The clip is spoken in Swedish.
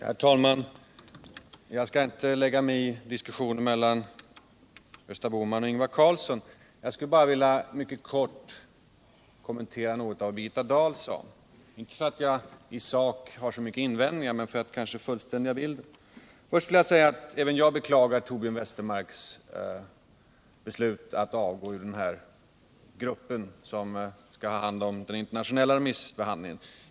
Herr talman! Jag skall inte lägga mig i diskussionen mellan Gösta Bohman och Ingvar Carlsson. Jag vill bara mycket kort kommentera något av vad Birgitta Dahl sade — inte för att i sak anföra så mycket invändningar men för att kanske fullständiga bilden. Först vill jag säga att även jag beklagar Torbjörn Westermarks beslut att avgå ur den grupp som skall ha hand om den internationella remissbehandlingen.